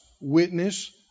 witness